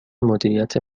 مدیریت